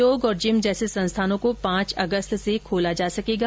योग और जिम जैसे संस्थानों को पांच अगस्त से खोला जा सकेगा